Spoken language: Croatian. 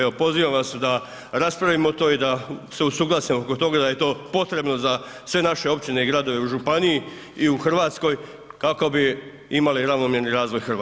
Evo, pozivam vas da raspravimo to i da se usuglasimo oko toga da je to potrebno za sve naše općine i gradove u županiji i u Hrvatskoj kako bi imali ravnomjerni razvoj Hrvatske.